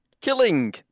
Killing